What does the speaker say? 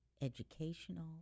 educational